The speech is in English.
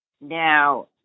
Now